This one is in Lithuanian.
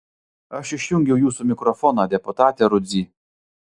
aš išjungiau jūsų mikrofoną deputate rudzy